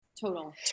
total